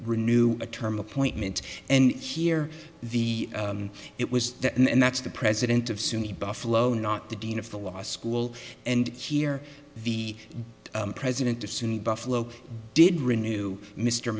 renew a term appointment and here the it was the end that's the president of suny buffalo not the dean of the law school and here the president of suny buffalo did renew mr